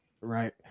Right